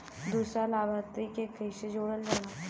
दूसरा लाभार्थी के कैसे जोड़ल जाला?